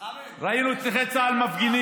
חמד, ראינו את נכי צה"ל מפגינים.